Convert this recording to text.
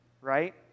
right